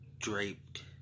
draped